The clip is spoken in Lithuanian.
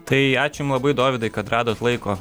tai ačiū jum labai dovydai kad radot laiko